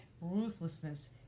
ruthlessness